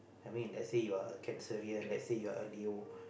I mean if let's say you are a cancerian let's say you are a Leo